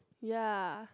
ya